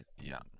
Young